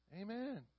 Amen